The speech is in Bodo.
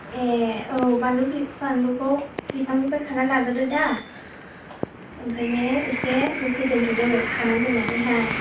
ए औ बानलु बिफां बानलुखौ बिफांनिफ्राय खानानै लागोरदो दा ओमफ्राय ने एसे दसे दोनथ'दो खानानै दोननानै हाय